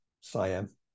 Siam